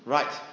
Right